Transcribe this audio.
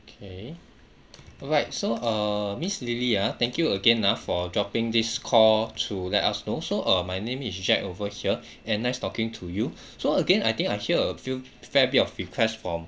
okay alright so err miss lily ah thank you again ah for dropping this call to let us know so uh my name is jack over here and nice talking to you so again I think I hear few fair bit of request from